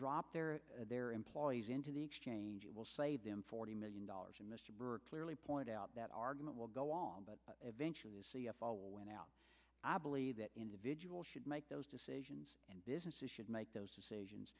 drop their their employees into the exchange it will save them forty million dollars and mr burke clearly point out that argument will go on but eventually all went out i believe that individuals should make those decisions and businesses should make those decisions